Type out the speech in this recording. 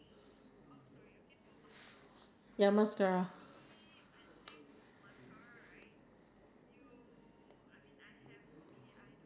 but if you have like um uneven skin tone or something I think foundation is definitely the one to go and if you are going to use foundation you will need to use concealer after